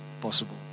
possible